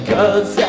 Cause